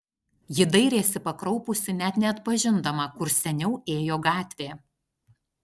ji dairėsi pakraupusi net neatpažindama kur seniau ėjo gatvė